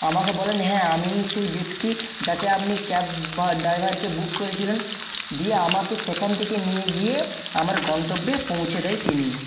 আমাকে বলেন হ্যাঁ আমিই সেই ব্যক্তি যাকে আপনি ক্যাব বা ড্রাইভারকে বুক করেছিলেন দিয়ে আমাকে সেখান থেকে নিয়ে গিয়ে আমার গন্তব্যে পৌঁছে দেয় তিনি